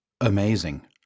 Amazing